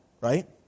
right